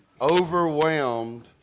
overwhelmed